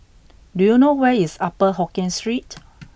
do you know where is Upper Hokkien Street